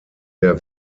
der